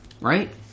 right